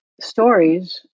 stories